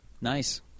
Nice